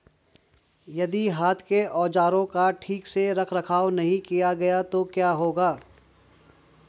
यदि हाथ के औजारों का ठीक से रखरखाव नहीं किया गया तो क्या होगा?